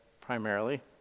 primarily